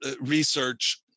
research